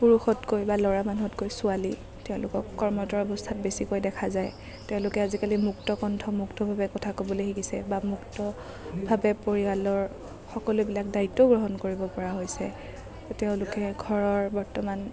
পুৰুষতকৈ বা ল'ৰা মানুহতকৈ ছোৱালী তেওঁলোকক কৰ্মৰত অৱস্থাত বেছিকৈ দেখা যায় তেওঁলোকে আজিকালি মুক্তকণ্ঠ মুক্তভাৱে কথা কবলৈ শিকিছে বা মুক্তভাৱে পৰিয়ালৰ সকলোবিলাক দায়িত্বও গ্ৰহণ কৰিবপৰা হৈছে তেওঁলোকে ঘৰৰ বৰ্তমান